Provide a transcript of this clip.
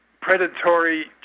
predatory